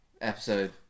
episode